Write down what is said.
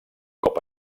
cop